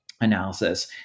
analysis